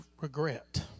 regret